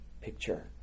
picture